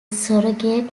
surrogate